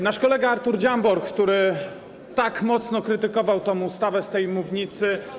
Nasz kolega Artur Dziambor, który tak mocno krytykował tę ustawę z tej mównicy.